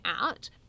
out